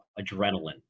adrenaline